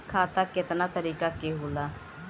खाता केतना तरीका के होला?